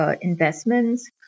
investments